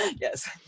Yes